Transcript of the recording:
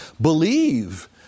believe